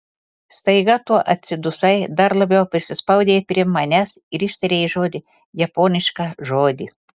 staiga tu atsidusai dar labiau prisispaudei prie manęs ir ištarei žodį japonišką žodį